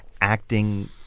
acting